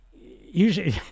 usually